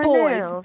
Boys